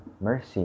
mercy